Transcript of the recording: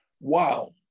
Wow